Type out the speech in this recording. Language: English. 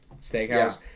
steakhouse